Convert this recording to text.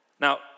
Now